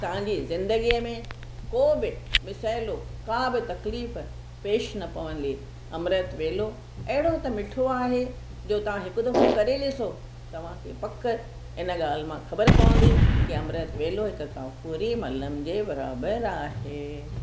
तव्हांजी ज़िंदगीअ में को बि मसइलो का बि तकलीफ़ पेश न पवंदी अमृत वेलो अहिड़ो त मिठो आहे जो तव्हां हिकु दफ़ो करे ॾिसो तव्हांखे पकु इन ॻाल्हि मां ख़बर पवंदी की अमृत वेलो हिकु काफ़ुरी मलम जे बराबरि आहे